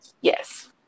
Yes